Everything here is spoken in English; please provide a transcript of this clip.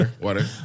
Water